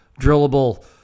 drillable